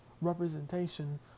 representation